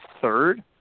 third